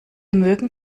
mögen